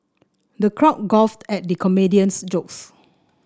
the crowd guffawed at the comedian's jokes